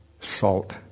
salt